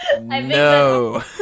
No